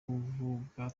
kuvuga